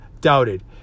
doubted